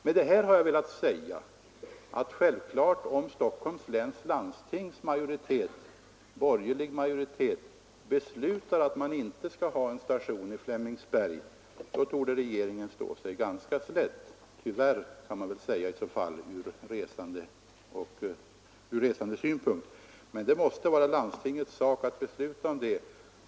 Med detta har jag velat säga, att om Stockholms läns landstings borgerliga majoritet beslutar att inte ha någon station vid Flemingsberg, så torde regeringen stå sig ganska slätt — tyvärr, får man väl säga från resandesynpunkt. Men det måste vara landstingets sak att besluta om det.